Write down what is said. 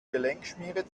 gelenkschmiere